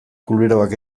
kuleroak